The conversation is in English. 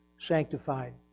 sanctified